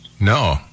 No